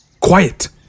Quiet